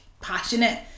passionate